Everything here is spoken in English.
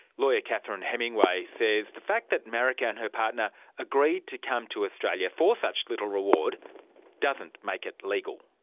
lawyer catherine hemingway says the fact that maricar and her partner agreed to come to australia for such little reward doesn't make it legal.